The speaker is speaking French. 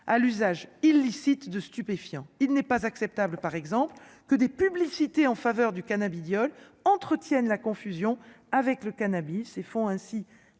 à l'usage illicite de stupéfiants, il n'est pas acceptable par exemple que des publicités en faveur du cannabidiol entretiennent la confusion avec le cannabis et font ainsi